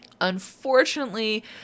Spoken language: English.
unfortunately